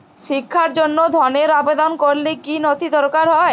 শিক্ষার জন্য ধনের আবেদন করলে কী নথি দরকার হয়?